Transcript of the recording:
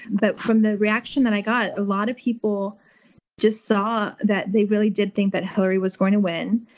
but from the reaction that i got, a lot of people just saw that they really did think that hillary was going to win,